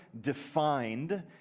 defined